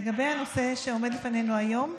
לגבי הנושא שעומד בפנינו היום,